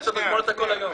היה צריך לגמור הכול היום.